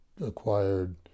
acquired